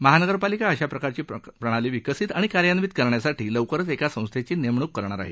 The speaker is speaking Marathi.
महानगरपालिका अशा प्रकारची प्रणाली विकसित आणि कार्यान्वित करण्यासाठी लवकरच एका संस्थेची नेमणूक करणार आहे